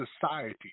society